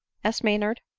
asked maynard.